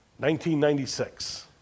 1996